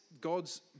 god's